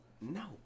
no